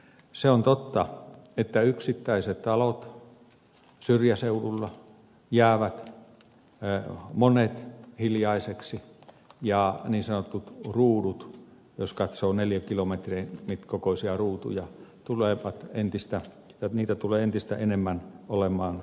se on totta että monet yksittäiset talot syrjäseudulla jäävät hiljaisiksi ja niin sanottuja ruutuja jos katsoo neliökilometrin kokoisia ruutuja tulee entistä enemmän olemaan asukkaista tyhjinä